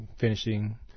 finishing